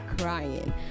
crying